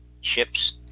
Ships